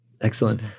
Excellent